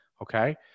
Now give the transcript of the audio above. Okay